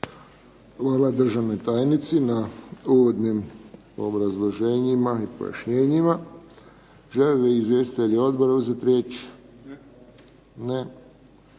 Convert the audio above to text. Hvala državnoj tajnici na uvodnim obrazloženjima i pojašnjenjima. Žele li izvjestitelji odbora uzeti riječ? Ne.